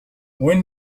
when